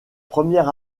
première